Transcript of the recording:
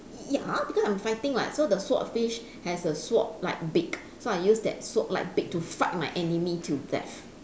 ya because I'm fighting [what] so the swordfish has a sword like beak so I'll use that sword like beak to fight my enemy till death